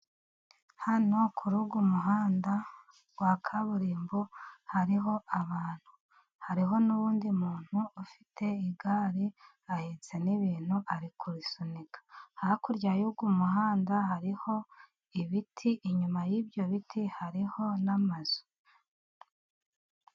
Hano kuri uyu muhanda wa kaburimbo. Hariho abantu hariho n'undi muntu ufite igare ahetse n'ibintu, ari kubisunika. Hakurya y'umuhanda hariho ibiti, inyuma y'ibyo biti hariho n'amazu.